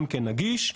גם נגיש,